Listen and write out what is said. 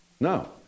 No